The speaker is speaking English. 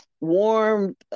warm